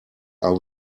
are